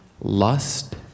lust